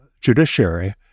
judiciary